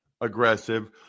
aggressive